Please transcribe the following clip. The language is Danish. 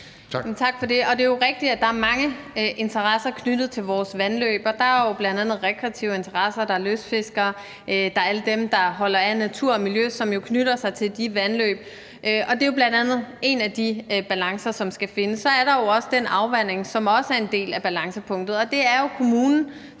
Tak for det. Det er jo rigtigt, at der er mange interesser knyttet til vores vandløb. Der er bl.a. rekreative interesser, og der er lystfiskere, og der er alle dem, som holder af den natur og det miljø, som knytter sig til de vandløb. Det er bl.a. en af de balancer, der skal findes. Så er der også den afvanding, som også er en del af balancepunktet, og det er jo kommunen,